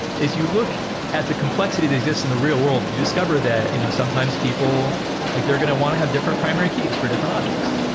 as you look at the complexity that exists in the real-world, you discover that you know sometimes people like they're going to want to have different primary keys for different objects.